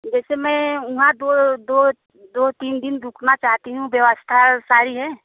जैसे मैं वहाँ दो दो दो तीन दिन रुकना चाहती हूँ व्यवस्था सारी है